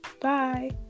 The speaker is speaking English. bye